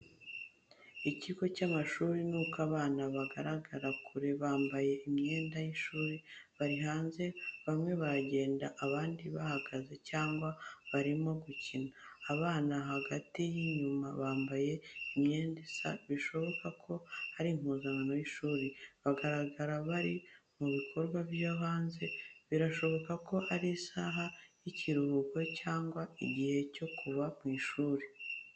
Ikigo cy’amashuri, nuko abana bagaragarira kure, bambaye imyenda y’ishuri, bari hanze, bamwe bagenda abandi bahagaze cyangwa barimo gukina. Abana hagati n’inyuma bambaye imyenda isa bishoboka ko ari impuzankano y’ishuri. Bagaragara bari mu bikorwa byo hanze, birashoboka ko ari isaha y’ikiruhuko cyangwa igihe cyo kuva mu ishuri.